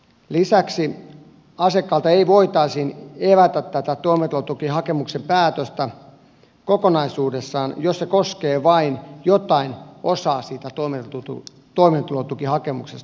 lisäksi asiakkaalta ei voitaisi evätä tätä toimeentulotukihakemuksen päätöstä kokonaisuudessaan jos se koskee vain jotain osaa siitä toimeentulotukihakemuksesta